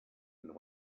and